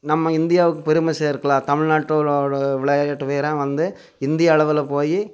நம்ம இந்தியாவுக்குப் பெருமை சேர்க்கலாம் தமிழ்நாட்டோடய விளையாட்டு வீரன் வந்து இந்தியா அளவில் போய்